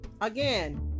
again